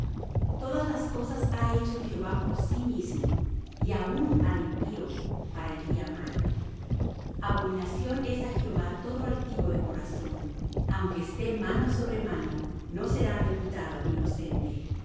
todas las cosas ha hecho jehová por sí mismo y aun al impío para el día malo abominación es á jehová todo altivo de corazón aunque esté mano sobre mano no será reputado inocente